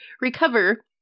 Recover